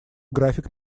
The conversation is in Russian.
график